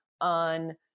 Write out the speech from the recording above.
on